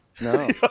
No